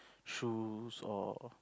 shoes or